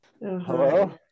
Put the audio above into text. Hello